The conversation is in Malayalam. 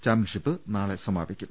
ചാമ്പ്യൻഷിപ്പ് നാളെ സമാപിക്കും